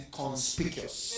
conspicuous